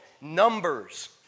numbers